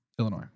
Illinois